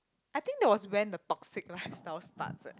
I think that was when the toxic lifestyle starts leh